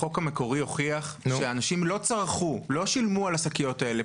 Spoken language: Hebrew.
החוק המקורי הוכיח שאנשים לא שילמו על השקיות האלה.